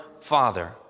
Father